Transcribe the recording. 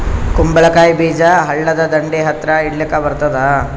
ಕುಂಬಳಕಾಯಿ ಬೀಜ ಹಳ್ಳದ ದಂಡಿ ಹತ್ರಾ ಬಿತ್ಲಿಕ ಬರತಾದ?